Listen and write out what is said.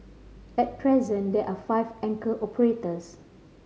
at present there are five anchor operators